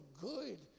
good